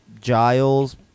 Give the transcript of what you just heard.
Giles